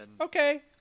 okay